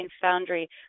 Foundry